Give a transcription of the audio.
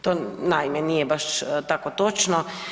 To naime, nije baš tako točno.